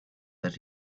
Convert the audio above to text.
that